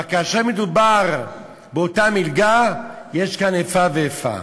אבל כאשר מדובר באותה מלגה יש כאן איפה ואיפה.